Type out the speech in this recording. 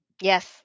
Yes